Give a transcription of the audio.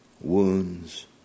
wounds